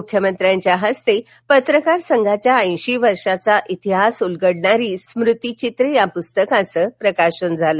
मुख्यमंत्र्यांच्या हस्ते पत्रकार संघाच्या ऐशी वर्षाचा इतिहास उलगडणारी स्मृतिचित्रे या पूस्तकाचं प्रकाशन झालं